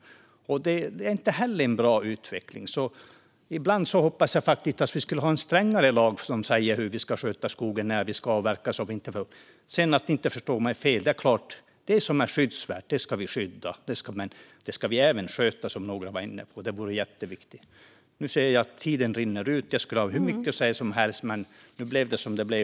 Det är inte heller en bra utveckling. Ibland önskar jag faktiskt att vi hade strängare lag som sa hur vi ska sköta skogen och när vi ska avverka. Sedan bara så att ingen ska missförstå mig: Det är klart att det som är skyddsvärt ska vi skydda. Men vi ska även sköta det, som någon var inne på. Det är jätteviktigt. Nu ser jag att min talartid rinner ut. Jag skulle kunna säga hur mycket som helst, men nu blev det som det blev.